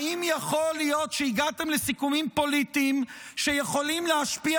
האם יכול להיות שהגעתם לסיכומים פוליטיים שיכולים להשפיע